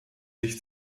sich